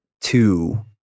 two